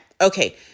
Okay